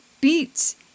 beets